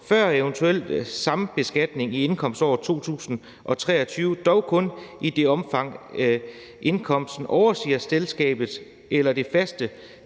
før eventuel sambeskatning i indkomståret 2023, dog kun i det omfang, indkomsten overstiger selskabets eller det faste